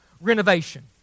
renovation